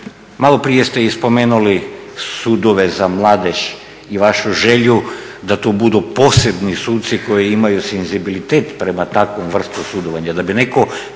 Maloprije ste i spomenuli Sudove za mladež i vašu želju da tu budu posebni suci koji imaju senzibilitet prema takvoj vrsti sudovanja.